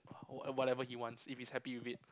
oh and whatever he wants if he's happy with it